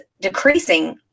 decreasing